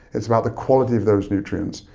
it's about the quality of those nutrients.